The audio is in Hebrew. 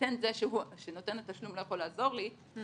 בהינתן זה שנותן התשלום לא יכול לעזור לי כבר,